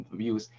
views